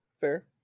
fair